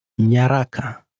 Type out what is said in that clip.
Nyaraka